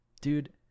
Dude